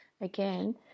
again